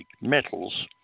metals